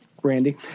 Brandy